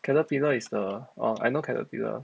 caterpillar is the orh I know caterpillar